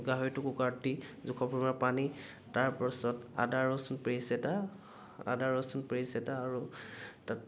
গাহৰিটো কুকাৰত দি জোখৰ পৰিমাণৰ পানী তাৰ পাছত আদা ৰচুন পেষ্ট এটা আদা ৰচুন পেষ্ট এটা আৰু তাত